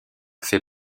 fait